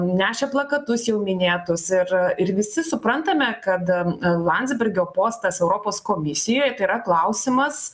nešė plakatus jau minėtus ir ir visi suprantame kad landsbergio postas europos komisijoj tai yra klausimas